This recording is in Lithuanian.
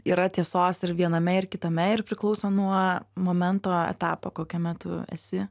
yra tiesos ir viename ir kitame ir priklauso nuo momento etapo kokiame tu esi